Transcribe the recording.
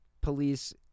police